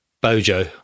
Bojo